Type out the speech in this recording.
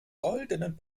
goldenen